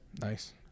Nice